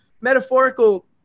metaphorical